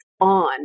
on